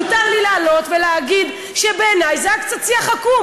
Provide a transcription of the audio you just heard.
מותר לי לעלות ולהגיד שבעיני זה היה קצת שיח עקום.